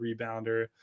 rebounder